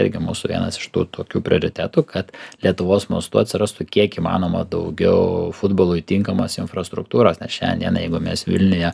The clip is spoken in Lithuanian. irgi mūsų vienas iš tų tokių prioritetų kad lietuvos mastu atsirastų kiek įmanoma daugiau futbolui tinkamos infrastruktūros nes šiandien dienai jeigu mes vilniuje